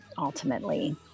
ultimately